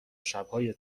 شبهای